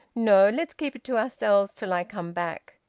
no! let's keep it to ourselves till i come back.